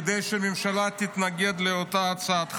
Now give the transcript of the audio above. כדי שהממשלה תתנגד לאותה הצעת חוק?